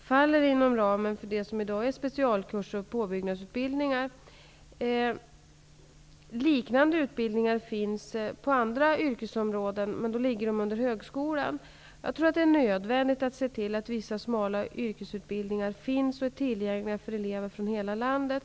faller inom ramen för det som i dag är specialkurser och påbyggnadsutbildningar. Liknande utbildnigar finns på andra yrkesområden, men då ligger de under högskolan. Jag tror att det är nödvändigt att se till att vissa smala yrkesutbildningar finns tillgängliga för elever från hela landet.